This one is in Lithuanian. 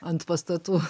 ant pastatų